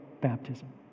baptism